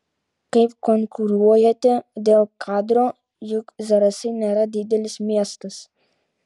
kaip konkuruojate dėl kadro juk zarasai nėra didelis miestas